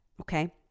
okay